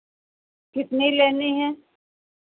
कितनी लेनी है